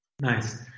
Nice